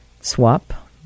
swap